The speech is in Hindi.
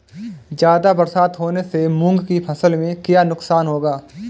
ज़्यादा बरसात होने से मूंग की फसल में क्या नुकसान होगा?